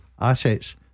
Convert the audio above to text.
assets